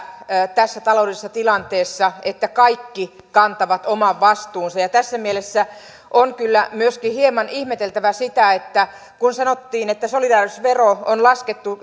tässä taloudellisessa tilanteessa että kaikki kantavat oman vastuunsa tässä mielessä on kyllä hieman ihmeteltävä sitä että vaikka sanottiin että solidaarisuusvero on laskettu